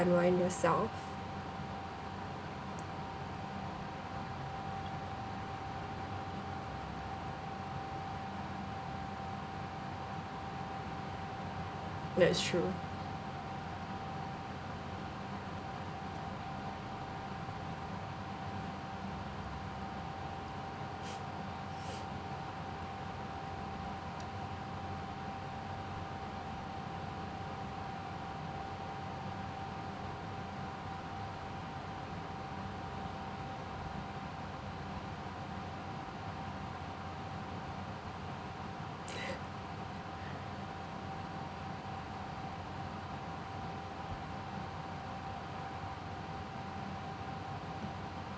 unwind yourself that's true